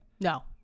No